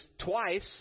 twice